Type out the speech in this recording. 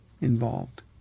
involved